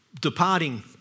departing